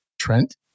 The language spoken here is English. trent